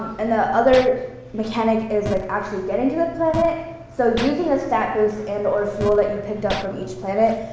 and the other mechanic is like actually getting to the planet. so using a stat boost and or fuel that you picked up from each planet,